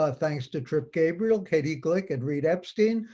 ah thanks to trip gabriel, katie glick, and reid epstein,